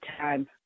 time